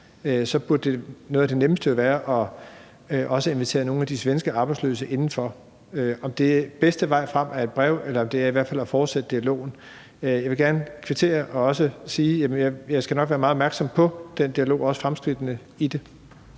noget af det nemmeste jo være at invitere nogle af de svenske arbejdsløse indenfor – om den bedste vej frem så er et brev, eller om det er i hvert fald at fortsætte dialogen. Jeg vil gerne kvittere for det og også sige, at jeg nok skal være meget opmærksom på den dialog og også på fremskridtene i det.